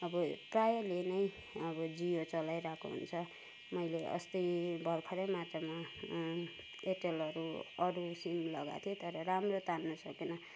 अब प्रायले नै अब जियो चलाइरहेको हुन्छ मैले अस्ति भर्खरै मात्रामा एयरटेलहरू अरू सिम लगाएको थिएँ तर राम्रो तान्नु सकेन